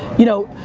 you know,